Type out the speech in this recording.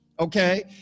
Okay